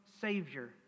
Savior